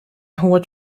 hård